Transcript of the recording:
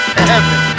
Heaven